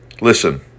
Listen